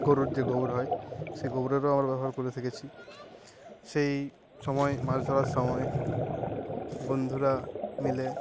গরুর যে গোবর হয় সেই গোবরেরও আবার ব্যবহার করে থেকেছি সেই সময় মাছ ধরার সময় বন্ধুরা মিলে